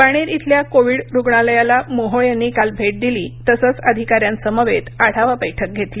बाणेर इथल्या कोविड रुग्णालयाला मोहोळ यांनी काल भेट दिली तसंच अधिकाऱ्यांसमवेत आढावा बैठक घेतली